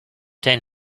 ten